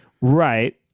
Right